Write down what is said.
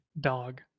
Dog